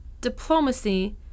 diplomacy